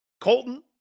Colton